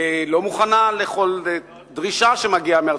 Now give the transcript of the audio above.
ולא מוכנה לכל דרישה שמגיעה מארצות-הברית,